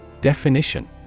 Definition